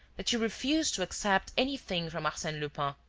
that you refuse to accept anything from arsene lupin.